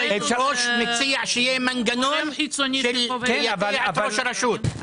היושב-ראש מציע שיהיה מנגנון שיידע את ראש הרשות.